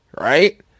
Right